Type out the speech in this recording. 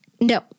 No